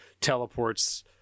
teleports